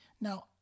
Now